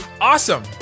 Awesome